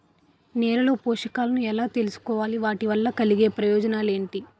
నేలలో పోషకాలను ఎలా తెలుసుకోవాలి? వాటి వల్ల కలిగే ప్రయోజనాలు ఏంటి?